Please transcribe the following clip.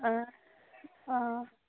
অঁ অঁ